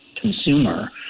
consumer